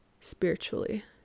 spiritually